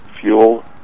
fuel